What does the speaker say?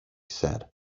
said